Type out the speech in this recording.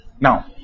now